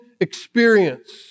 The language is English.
experience